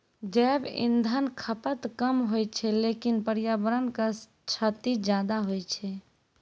जैव इंधन खपत कम होय छै लेकिन पर्यावरण क क्षति ज्यादा होय छै